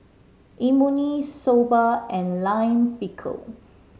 Imoni Soba and Lime Pickle